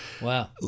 Wow